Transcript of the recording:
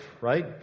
Right